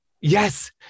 yes